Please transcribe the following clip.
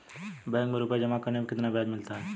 Bank में रुपये जमा करने पर कितना ब्याज मिलता है?